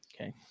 Okay